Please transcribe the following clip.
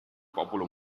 popolo